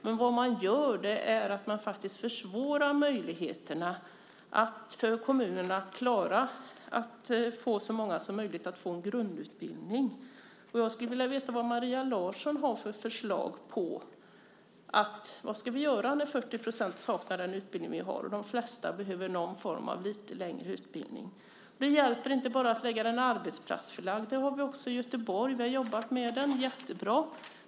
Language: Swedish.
Men man försvårar möjligheterna för kommunerna att klara av att ge så många som möjligt en grundutbildning. Jag skulle vilja veta vilka förslag Maria Larsson har. Vad ska vi göra när 40 % saknar denna utbildning och de flesta behöver någon form av lite längre utbildning? Det hjälper inte att bara ha arbetsplatsförlagd utbildning. Det har vi också i Göteborg. Vi har jobbat med den. Det är jättebra.